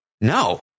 No